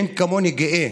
אין גאה